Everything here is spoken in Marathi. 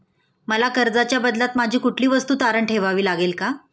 मला कर्जाच्या बदल्यात माझी कुठली वस्तू तारण ठेवावी लागेल का?